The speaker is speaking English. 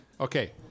Okay